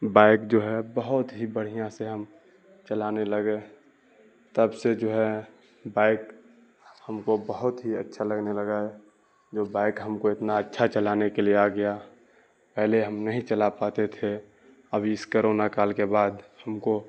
bike جو ہے بہت ہی بڑھیاں سے ہم چلانے لگے تب سے جو ہے بائک ہم کو بہت ہی اچھا لگنے لگا ہے جو بائک ہم کو اتنا اچھا چلانے کے لیے آ گیا پہلے ہم نہیں چلا پاتے تھے اب اس کرونا کال کے بعد ہم کو